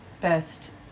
best